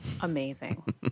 amazing